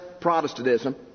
Protestantism